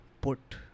put